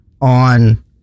on